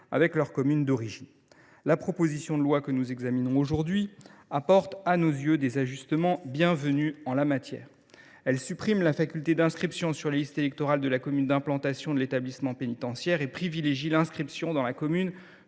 avec leur commune d’origine. La proposition de loi que nous examinons aujourd’hui prévoit selon nous des ajustements bienvenus. Elle supprime la faculté d’inscription sur les listes électorales de la commune d’implantation de l’établissement pénitentiaire et privilégie l’inscription dans la commune